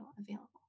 available